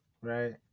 right